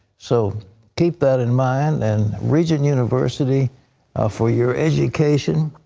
so keep that in mind. and regent university for your education.